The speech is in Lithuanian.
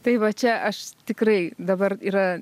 tai va čia aš tikrai dabar yra